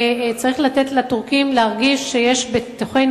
וצריך לתת לטורקים להרגיש שיש בתוכנו